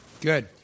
Good